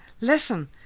Listen